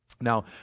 now